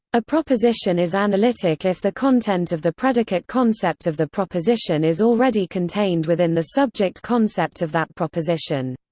a proposition is analytic if the content of the predicate-concept of the proposition is already contained within the subject-concept of that proposition.